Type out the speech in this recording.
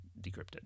decrypted